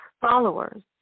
followers